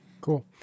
Cool